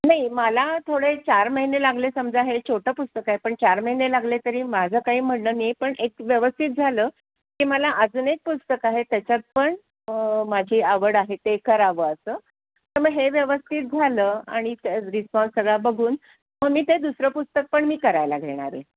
नाही माला थोडे चार महिने लागले समजा हे छोटं पुस्तक आहे पण चार महिने लागले तरी माझं काही म्हणणं नाही पण एक व्यवस्थित झालं की मला अजून एक पुस्तक आहे त्याच्यात पण माझी आवड आहे ते करावं असं तर मग हे व्यवस्थित झालं आणि त्या रिस्पॉन्स सगळा बघून मग मी ते दुसरं पुस्तक पण मी करायला घेणार आहे